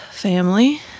Family